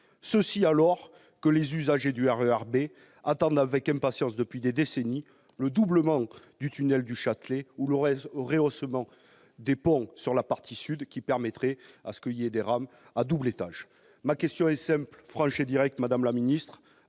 ? Les usagers du RER B attendent avec impatience, depuis des décennies, le doublement du tunnel du Châtelet ou le rehaussement des ponts de la partie sud, qui permettrait de fluidifier le trafic grâce à des rames à double étage. Ma question sera simple, franche et directe, madame la ministre